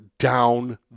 down